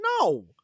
No